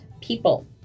people